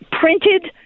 printed